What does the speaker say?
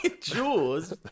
Jaws